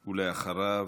אחריו,